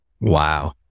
Wow